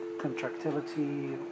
contractility